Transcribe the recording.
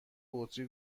بطری